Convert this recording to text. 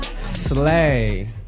Slay